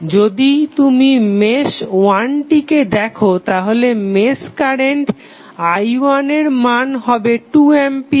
যদি তুমি মেশ 1 টিকে দেখো তাহলে মেশ কারেন্ট i1 এর মান হবে 2 A